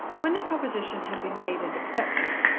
when the proposition had been made and accepted,